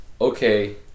okay